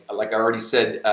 like i already said,